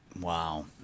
Wow